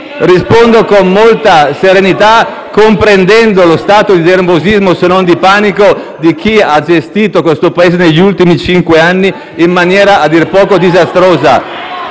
rispondo con molta serenità, comprendendo lo stato di nervosismo, se non di panico, di chi ha gestito questo Paese negli ultimi cinque anni in maniera a dir poco disastrosa.